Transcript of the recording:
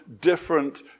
different